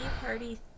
party